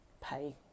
pay